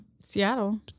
Seattle